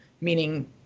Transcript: meaning